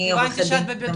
אני רוצה להתייחס לכמה